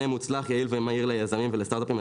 ומהווים חלק ממנוע הצמיחה של ההייטק המשק,